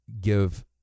give